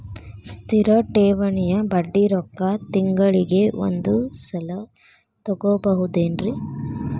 ಸ್ಥಿರ ಠೇವಣಿಯ ಬಡ್ಡಿ ರೊಕ್ಕ ತಿಂಗಳಿಗೆ ಒಂದು ಸಲ ತಗೊಬಹುದೆನ್ರಿ?